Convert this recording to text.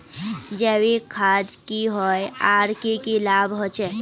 जैविक खाद की होय आर की की लाभ होचे?